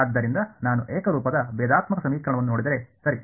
ಆದ್ದರಿಂದ ನಾನು ಏಕರೂಪದ ಭೇದಾತ್ಮಕ ಸಮೀಕರಣವನ್ನು ನೋಡಿದರೆ ಸರಿ